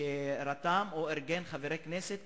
שרתם או ארגן חברי כנסת,